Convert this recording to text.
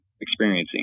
experiencing